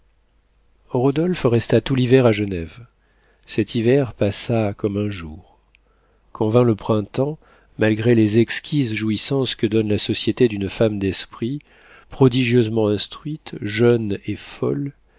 rodolphe resta tout l'hiver à genève cet hiver passa comme un jour quand vint le printemps malgré les exquises jouissances que donne la société d'une femme d'esprit prodigieusement instruite jeune et folle